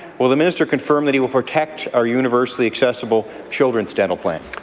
will the minister confirm that he will protect our universally-accessible children's dental plan?